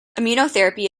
immunotherapy